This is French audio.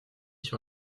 sur